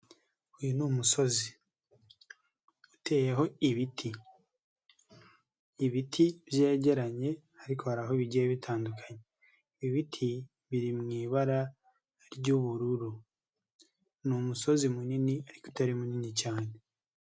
Uyu ni umusozi uteyeho ibiti, ibiti byegeranye ariko hari aho bigiye bitandukanye, ibiti biri mu ibara ry'ubururu, ni umusozi munini ariko utari munini cyane.